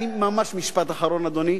ממש משפט אחרון, אדוני.